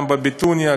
גם בביתוניא,